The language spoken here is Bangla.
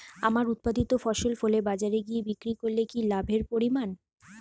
আমার উৎপাদিত ফসল ফলে বাজারে গিয়ে বিক্রি করলে কি লাভের পরিমাণ?